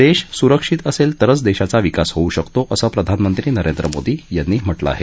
देश सुरक्षित असेल तरच देशाचा विकास होऊ शकतो असं प्रधानमंत्री नरेंद्र मोदी यांनी म्ह िं आहे